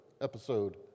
episode